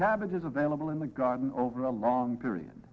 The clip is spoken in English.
cabbage is available in the garden over a long period